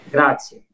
Grazie